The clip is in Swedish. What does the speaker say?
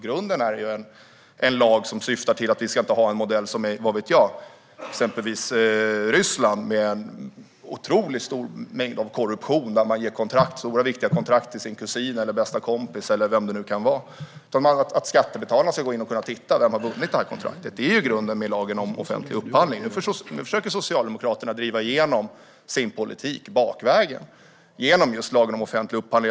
Grunden är att vi inte ska ha en modell som i till exempel Ryssland där man har otroligt mycket korruption och ger stora, viktiga kontrakt till sin kusin eller bästa kompis, utan här ska skattebetalarna kunna gå in och se vem som har vunnit upphandlingen och fått kontraktet. Nu försöker Socialdemokraterna driva igenom sin politik bakvägen, genom just lagen om offentlig upphandling.